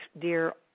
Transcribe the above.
dear